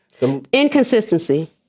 inconsistency